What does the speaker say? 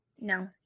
No